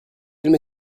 quels